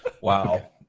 Wow